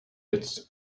jetzt